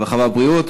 הרווחה והבריאות.